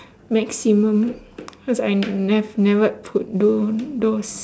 maximum cause I nev~ never could do those